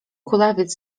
kulawiec